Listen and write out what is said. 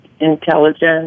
intelligence